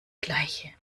gleiche